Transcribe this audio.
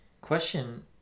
Question